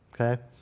okay